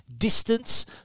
Distance